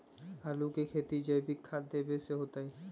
आलु के खेती जैविक खाध देवे से होतई?